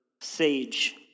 Sage